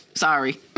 sorry